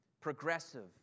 progressive